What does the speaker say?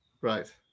Right